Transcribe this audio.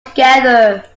together